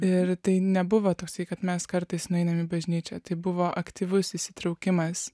ir tai nebuvo toksai kad mes kartais nueinam į bažnyčią tai buvo aktyvus įsitraukimas